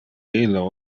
illo